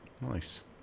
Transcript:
Nice